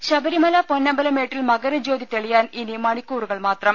ദരദ ശബരിമല പൊന്നമ്പലമേട്ടിൽ മകരജ്യോതി തെളിയാൻ ഇനി മണിക്കൂറുകൾ മാത്രം